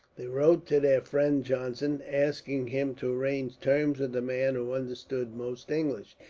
they wrote to their friend johnson, asking him to arrange terms with the man who understood most english,